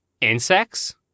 Insects